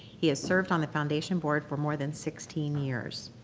he has served on the foundation board for more than sixteen years.